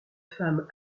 femme